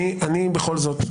אני בכל זאת,